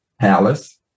Palace